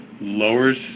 lowers